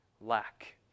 lack